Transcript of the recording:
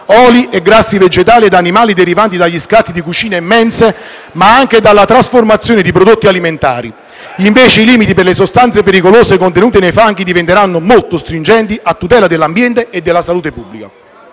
oli e grassi vegetali ed animali derivanti dagli scarti di cucine e mense, ma anche dalla trasformazione di prodotti alimentari. Invece i limiti per le sostanze pericolose contenute nei fanghi diventeranno molto stringenti, a tutela dell'ambiente e della salute pubblica.